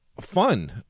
fun